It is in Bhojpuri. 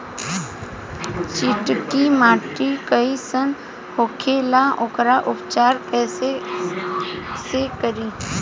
चिकटि माटी कई सन होखे ला वोकर उपचार कई से करी?